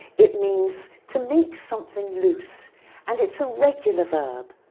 it means to make something loose and it's a regular verb.